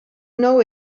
know